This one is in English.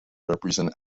represent